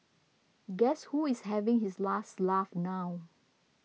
guess who is having his last laugh now